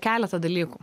keletą dalykų